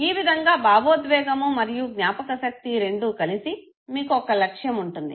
ఈ విధంగా భావోద్వేగము మరియు జ్ఞాపకశక్తి రెండు కలిసి మీకు ఒక లక్ష్యం ఉంటుంది